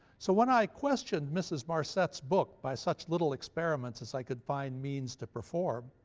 so when i questioned mrs. marcet's book by such little experiments as i could find means to perform,